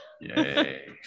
Yay